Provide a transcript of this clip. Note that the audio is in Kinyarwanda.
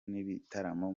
n’ibitaramo